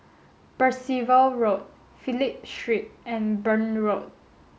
Percival Road Phillip Street and Burn Road